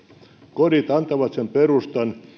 kodit antavat sen perustan